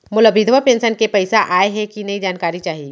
मोला विधवा पेंशन के पइसा आय हे कि नई जानकारी चाही?